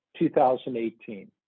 2018